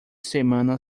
semana